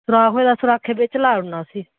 सुराख होए दा सुराखै बिच लाई उड़ना उस्सी